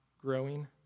growing